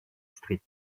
street